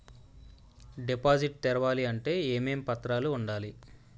Deposit తెరవాలి అంటే ఏమేం పత్రాలు ఉండాలి?